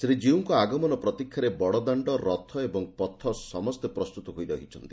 ଶ୍ରୀ ଜୀଉଙ୍କ ଆଗମନ ପ୍ରତିକ୍ଷାରେ ବଡ଼ଦାଣ୍ଡ ରଥ ଏବଂ ପଥ ସମସ୍ଡେ ପ୍ରସ୍ତୁତ ହୋଇ ରହିଛନ୍ତି